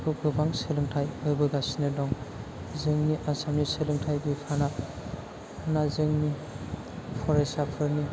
गोबां सोलोंथाय होबोगासिनो दं जोंनि आसामनि सोलोंथाय बिफाना जोंनि फरायसाफोरनि